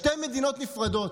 שתי מדינות נפרדות.